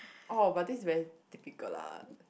oh but this is very typical la